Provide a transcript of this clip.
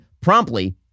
promptly